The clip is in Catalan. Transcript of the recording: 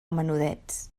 menudets